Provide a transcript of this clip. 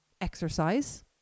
exercise